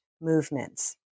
movements